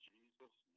Jesus